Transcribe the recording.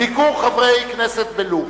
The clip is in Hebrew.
ביקור חברי הכנסת בלוב,